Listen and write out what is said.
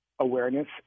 awareness